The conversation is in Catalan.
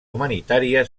humanitària